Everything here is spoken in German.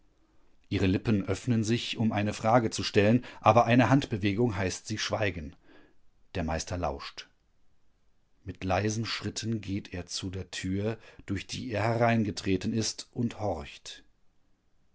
ihre lippen öffnen sich um eine frage zu stellen aber eine handbewegung heißt sie schweigen der meister lauscht mit leisen schritten geht er zu der tür durch die er hereingetreten ist und horcht